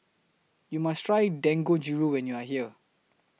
YOU must Try Dangojiru when YOU Are here